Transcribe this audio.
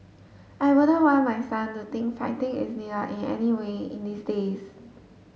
I wouldn't want my son to think fighting is needed in any way in these days